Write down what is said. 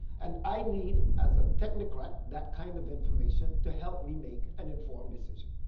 and i need, as a technical, that kind of information to help me make an informed decision.